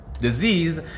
disease